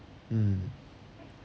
mm